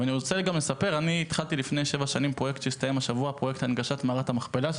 לפני שבע שנים התחלתי פרויקט הנגשת מערת המכפלה,